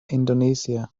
indonesia